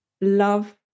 love